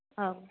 औ